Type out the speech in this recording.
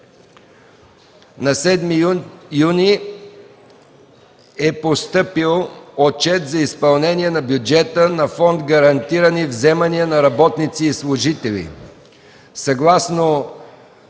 2013 г. е постъпил Отчет за изпълнение на бюджета на Фонд „Гарантирани вземания на работници и служители”.